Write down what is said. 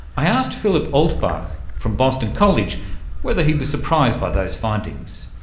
i asked philip altbach from boston college whether he was surprised by those findings.